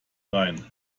rhein